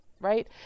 right